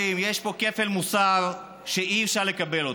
חברים, יש פה כפל מוסר שאי-אפשר לקבל אותו.